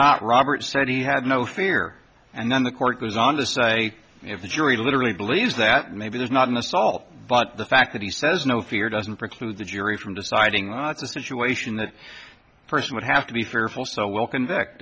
not robert said he had no fear and then the court goes on the say if the jury literally believes that maybe there's not an assault but the fact that he says no fear doesn't preclude the jury from deciding not to situation that person would have to be fearful so we